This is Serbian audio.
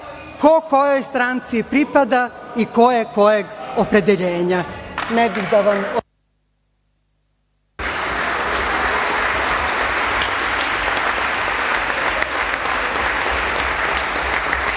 ko kojoj stranci pripada i ko je kojeg opredeljenja.